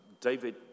David